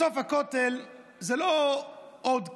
בסוף, הכותל הוא לא עוד קיר,